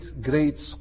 great